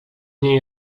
nie